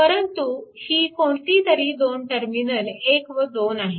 परंतु ही कोणतीतरी दोन टर्मिनल 1 व 2 आहेत